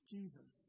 Jesus